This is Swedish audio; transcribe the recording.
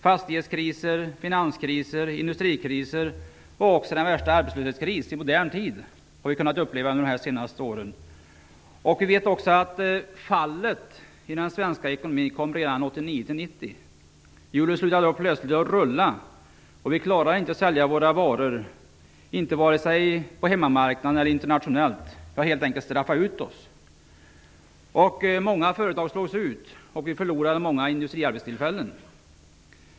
Fastighetskriser, finanskriser, industrikriser och den värsta arbetslöshetskrisen i modern tid har vi fått uppleva under de senaste åren. Vi vet också att fallet i den svenska ekonomin kom redan 1989-1990. Hjulen slutade då plötsligt att rulla, och vi klarade inte att sälja våra varor, varken på hemmamarknaden eller internationellt. Vi hade helt enkelt straffat ut oss. Många företag slogs ut, och vi förlorade många industriarbetstillfällen.